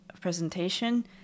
presentation